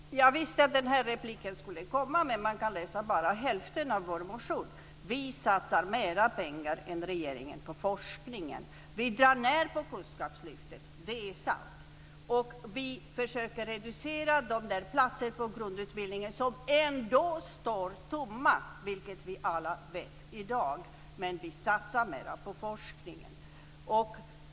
Fru talman! Jag visste att den här repliken skulle komma. Man kan inte bara läsa hälften av år motion. Vi satsar mer pengar än regeringen på forskningen. Vi drar ned på Kunskapslyftet - det är sant. Vi försöker också reducera de platser på grundutbildningen ändå står tomma, vilket vi alla vet i dag. Men vi satsar mer på forskningen.